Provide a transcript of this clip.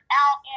out